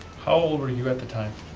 how old were you at the time?